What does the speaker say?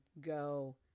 go